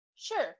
Sure